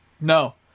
No